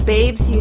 Babes